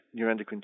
neuroendocrine